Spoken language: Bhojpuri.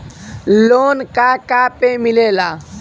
लोन का का पे मिलेला?